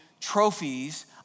trophies